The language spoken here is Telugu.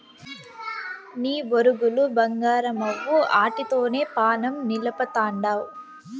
నీ బొరుగులు బంగారమవ్వు, ఆటితోనే పానం నిలపతండావ్